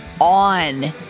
on